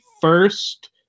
first